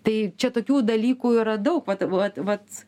tai čia tokių dalykų yra daug vat vat vat